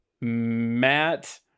Matt